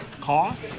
cost